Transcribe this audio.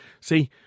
See